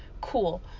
Cool